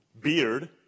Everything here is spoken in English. beard